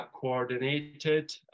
coordinated